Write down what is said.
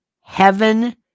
heaven